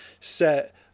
set